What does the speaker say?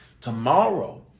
tomorrow